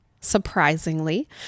surprisingly